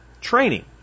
training